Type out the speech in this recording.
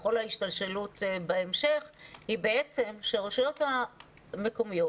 וכל ההשתלשלות בהמשך היא בעצם שהרשויות המקומיות,